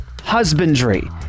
husbandry